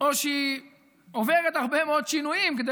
או שהיא עוברת הרבה מאוד שינויים כדי